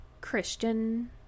christian